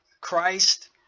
Christ